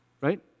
right